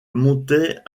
montait